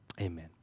Amen